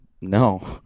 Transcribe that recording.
No